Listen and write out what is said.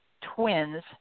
twins